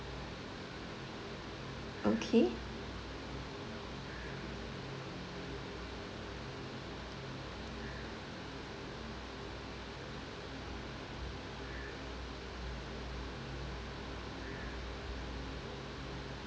okay